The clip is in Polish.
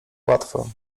łatwo